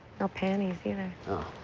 no panties, either. oh.